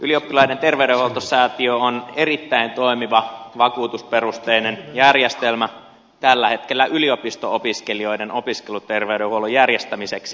ylioppilaiden terveydenhoitosäätiö on erittäin toimiva vakuutusperusteinen järjestelmä tällä hetkellä yliopisto opiskelijoiden opiskeluterveydenhuollon järjestämiseksi